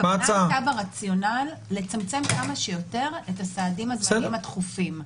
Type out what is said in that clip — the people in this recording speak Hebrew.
הכוונה הייתה ברציונל לצמצם כמה שיותר את הסעדים הזמניים הדחופים.